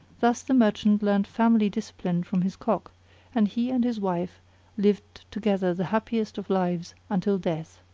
thus the merchant learnt family discipline from his cock and he and his wife lived together the happiest of lives until death.